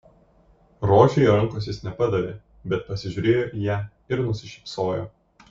rožei rankos jis nepadavė bet pasižiūrėjo į ją ir nusišypsojo